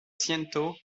siento